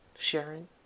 Sharon